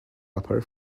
upper